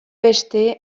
beste